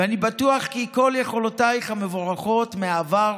ואני בטוח כי כל יכולותיך המבורכות מהעבר